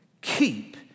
keep